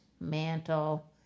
mantle